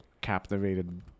captivated